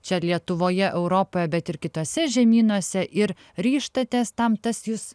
čia lietuvoje europoje bet ir kituose žemynuose ir ryžtatės tam tas jus